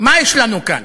מה יש לנו כאן?